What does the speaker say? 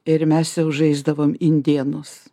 ir mes jau žaisdavom indėnus